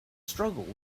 struggle